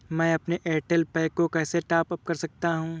मैं अपने Airtel pack को कैसे टॉप अप कर सकता हूँ?